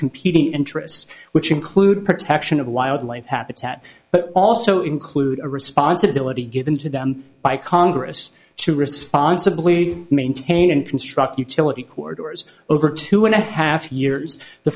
competing interests which include protection of wildlife habitat but also include a responsibility given to them by congress to responsibly maintain and construct utility corridors over two and a half years the